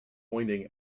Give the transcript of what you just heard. pointing